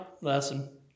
lesson